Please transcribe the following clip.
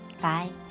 Bye